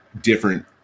different